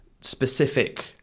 specific